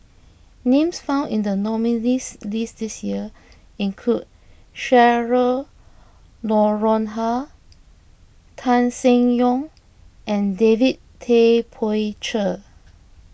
names found in the nominees' list this year include Cheryl Noronha Tan Seng Yong and David Tay Poey Cher